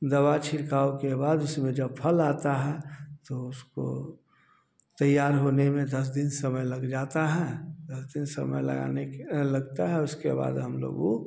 दवा छिड़काव के बाद उसमें जब फल आता है तो उसको तैयार होने में दस दिन समय लग जाता है दस दिन समय लगाने के लगता है उसके बाद हम लोग उसे